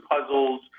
puzzles